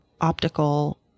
optical